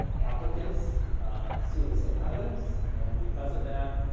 applicants see the same items and because of that,